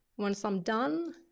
once i'm done,